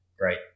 right